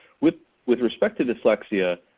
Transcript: with with respect to dyslexia,